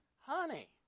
honey